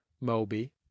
Moby